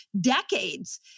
decades